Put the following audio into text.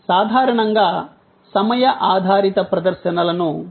సాధారణంగా సమయ ఆధారిత ప్రదర్శనలను ఉపయోగిస్తాయి